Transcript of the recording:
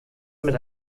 mit